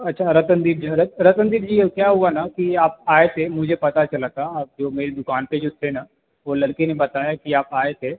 अच्छा रतनदीप जो है रतनदीप जी वो क्या हुआ ना कि आप आए थे मुझे पता चला था आप जो मेरी दुकान पर जो थे न वो लड़के ने बताया कि आप आए थे